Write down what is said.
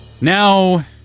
Now